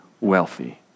wealthy